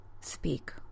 speak